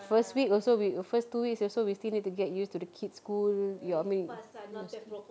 first week also we first two weeks also we still need to get used to the kids school you I mean